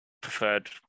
preferred